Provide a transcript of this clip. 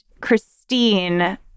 Christine